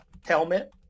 helmet